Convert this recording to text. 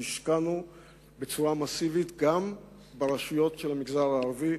השקענו בצורה מסיבית גם ברשויות של המגזר הערבי.